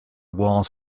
walls